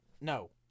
no